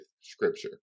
scripture